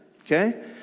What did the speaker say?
okay